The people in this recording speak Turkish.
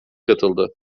katıldı